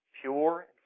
pure